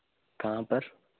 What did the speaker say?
कहाँ पर